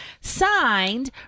Signed